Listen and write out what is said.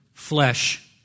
Flesh